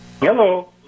Hello